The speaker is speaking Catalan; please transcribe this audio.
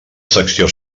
secció